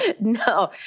No